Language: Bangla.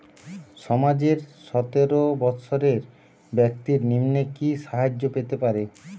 সমাজের সতেরো বৎসরের ব্যাক্তির নিম্নে কি সাহায্য পেতে পারে?